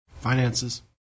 Finances